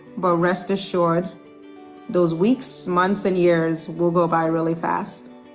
but rest assured those weeks, months, and years will go by really fast.